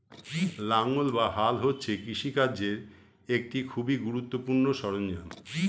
লাঙ্গল বা হাল হচ্ছে কৃষিকার্যের একটি খুবই গুরুত্বপূর্ণ সরঞ্জাম